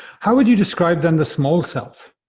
how would you describe them? the small self.